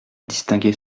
distinguait